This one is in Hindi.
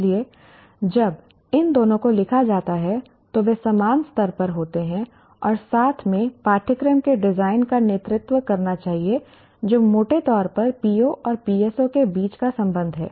इसलिए जब इन दोनों को लिखा जाता है तो वे समान स्तर पर होते हैं और साथ में पाठ्यक्रम के डिज़ाइन का नेतृत्व करना चाहिए जो मोटे तौर पर PO और PSO के बीच का संबंध है